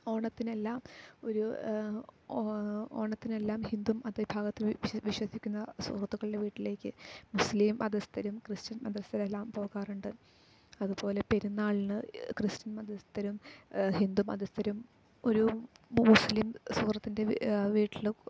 ഓണത്തിനെല്ലാം ഒരു ഓ ഓണത്തിനെല്ലാം ഹിന്ദു മതവിഭാഗത്തിൽ വിശ് വിശ്വസിക്കുന്ന സുഹൃത്തുക്കളുടെ വീട്ടിലേക്ക് മുസ്ലിം മതസ്ഥരും ക്രിസ്ത്യൻ മതസ്ഥരെല്ലാം പോകാറുണ്ട് അതുപോലെ പെരുന്നാളിന് ക്രിസ്തുമതസ്ഥരും ഹിന്ദുമതസ്ഥരും ഒരു മുസ്ലിം സുഹൃത്തിൻ്റെ വീട്ടിലും